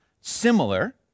similar